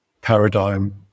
paradigm